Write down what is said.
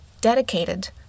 dedicated